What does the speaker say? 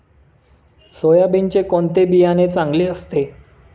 सोयाबीनचे कोणते बियाणे चांगले असते?